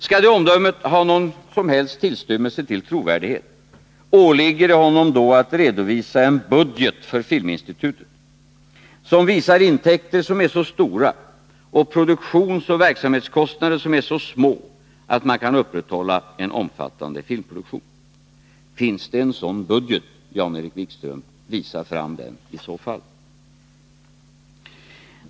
Skall det omdömet ha Nr 129 någon tillstymmelse till trovärdighet, åligger det honom då att redovisa en budget för Filminstitutet vilken visar intäkter som är så stora och produktionsoch verksamhetskostnader som är så små att man kan upprätthålla en omfattande filmproduktion. Finns det en sådan budget, Jan-Erik Wikström? Visa fram den i så fall!